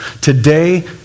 Today